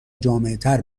جامعتر